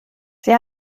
sie